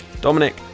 Dominic